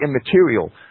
immaterial